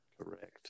correct